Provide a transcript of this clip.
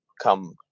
come